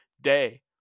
day